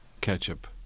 ketchup